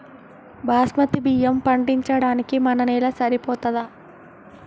బాస్మతి బియ్యం పండించడానికి మన నేల సరిపోతదా?